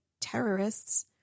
terrorists